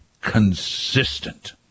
consistent